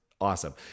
Awesome